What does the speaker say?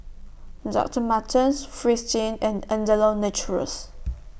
Doctor Martens Fristine and Andalou Naturals